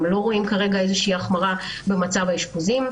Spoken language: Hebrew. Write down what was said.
הם לא רואים כרגע איזושהי החמרה במצב האשפוזים.